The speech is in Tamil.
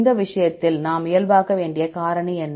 இந்த விஷயத்தில் நாம் இயல்பாக்க வேண்டிய காரணி என்ன